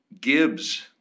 Gibbs